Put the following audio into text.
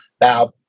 Now